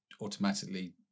automatically